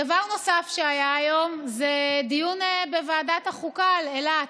דבר נוסף שהיה היום זה דיון בוועדת החוקה על אילת.